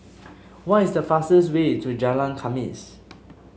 what is the fastest way to Jalan Khamis